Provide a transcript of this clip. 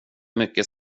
mycket